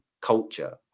culture